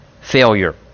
failure